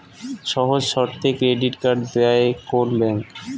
সহজ শর্তে credit card দেয় কোন ব্যাংক?